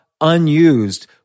unused